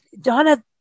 Donna